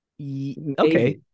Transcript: Okay